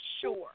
sure